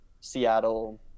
Seattle